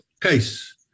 case